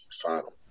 final